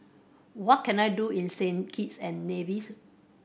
what can I do in Saint Kitts and Nevis